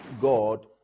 god